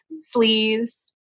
sleeves